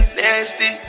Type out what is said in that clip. nasty